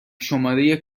شماره